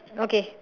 okay